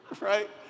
right